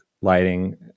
lighting